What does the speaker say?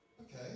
Okay